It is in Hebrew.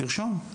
תרשום.